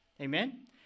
Amen